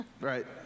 right